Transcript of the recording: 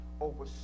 over